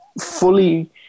fully